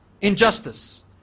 injustice